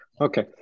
Okay